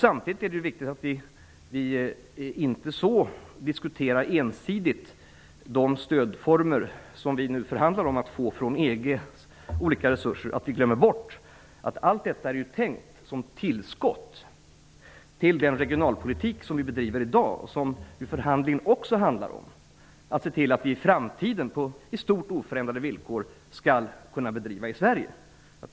Samtidigt är det viktigt att vi inte ensidigt diskuterar de stödformer och olika resurser som vi nu förhandlar om att få från EG och glömmer bort att allt detta är tänkt som tillskott till den regionalpolitik som vi i dag bedriver. Det gäller att i förhandlingen se till att vi i framtiden på i stort sett oförändrade villkor skall kunna bedriva regionalpolitik i Sverige.